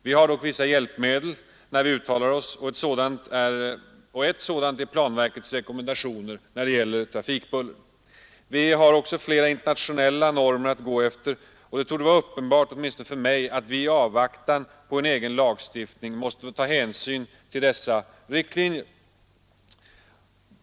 Vi har dock vissa hjälpmedel när vi uttalar oss, och ett sådant är planverkets rekommendationer när det gäller trafikbuller. Vi har också flera internationella normer att gå efter, och det torde vara uppenbart, åtminstone för mig, att vi i avvaktan på en egen lagstiftning måste ta hänsyn till dessa riktlinjer.